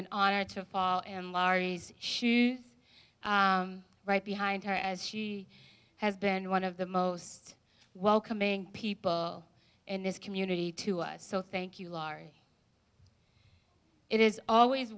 an honor to fall in laurie's right behind her as she has been one of the most welcoming people in this community to us so thank you laurie it is always